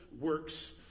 works